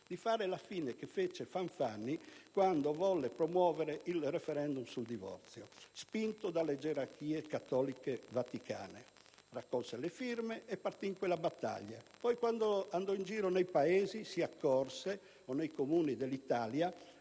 la stessa fine che fece Fanfani quando volle promuovere il *referendum* sul divorzio, spinto dalle gerarchie cattoliche vaticane. Raccolse le firme e iniziò quella battaglia. Poi, quando andò in giro per i paesi dell'Italia,